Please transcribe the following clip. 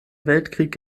weltkrieg